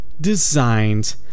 designed